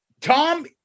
Tom